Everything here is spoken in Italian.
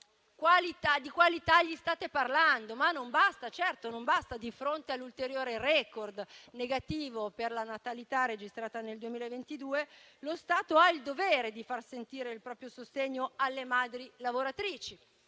di quali tagli state parlando. Questo però non basta. Certo, di fronte all'ulteriore *record* negativo per la natalità registrata nel 2022, lo Stato ha il dovere di far sentire il proprio sostegno alle madri lavoratrici.